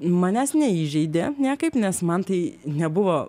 manęs neįžeidė niekaip nes man tai nebuvo